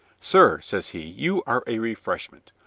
sir, says he, you are a refreshment.